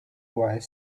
while